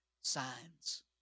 signs